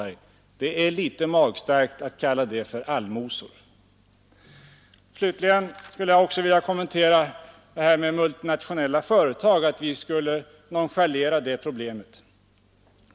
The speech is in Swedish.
Det är litet magstarkt att kalla det allmosor. Slutligen skulle jag också vilja kommentera påståendet att vi nonchalerat problemet med multinationella företag.